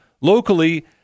locally